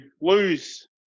lose